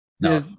no